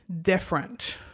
different